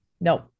no